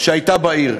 שהייתה בעיר.